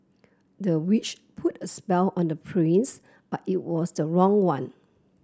the witch put a spell on the prince but it was the wrong one